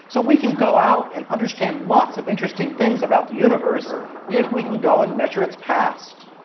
so we can go out and understand lots of interesting things about the universe if we can go and measure its past.